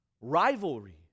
Rivalry